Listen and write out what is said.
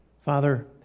Father